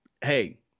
Hey